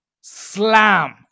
Slam